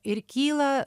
ir kyla